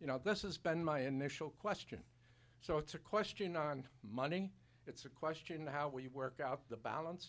you know this has been my initial question so it's a question on money it's a question of how well you work out the balance